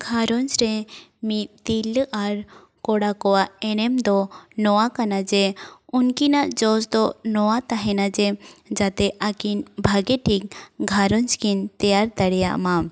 ᱜᱷᱟᱨᱚᱸᱡᱽ ᱨᱮ ᱢᱤᱫ ᱛᱤᱨᱞᱟᱹ ᱟᱨ ᱠᱚᱲᱟ ᱠᱚᱣᱟᱜ ᱮᱱᱮᱢ ᱫᱚ ᱱᱚᱣᱟ ᱠᱟᱱᱟ ᱡᱮ ᱩᱱᱠᱤᱱᱟᱜ ᱡᱚᱥ ᱫᱚ ᱱᱚᱣᱟ ᱛᱟᱦᱮᱱᱟ ᱡᱮ ᱡᱟᱛᱮ ᱟᱹᱠᱤᱱ ᱵᱷᱟᱜᱮ ᱴᱷᱤᱠ ᱜᱷᱟᱨᱚᱸᱡᱽ ᱠᱤᱱ ᱛᱮᱭᱟᱨ ᱫᱟᱲᱮᱭᱟᱜ ᱢᱟ